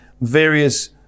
various